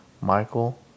Michael